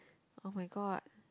oh-my-god